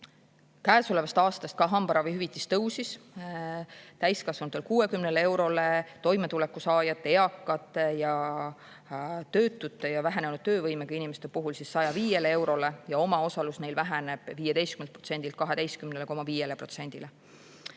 Käesolevast aastast ka hambaravihüvitis tõusis täiskasvanutel 60 eurole, toimetulekusaajate, eakate, töötute ja vähenenud töövõimega inimeste puhul 105 eurole ja omaosalus neil väheneb 15%‑lt